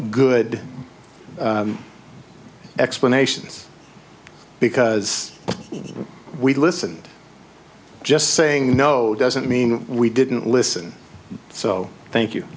good explanations because we listened just saying no doesn't mean we didn't listen so thank you